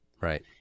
right